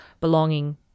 belonging